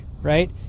Right